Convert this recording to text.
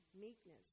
meekness